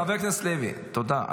חבר הכנסת לוי, תודה.